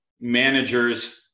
managers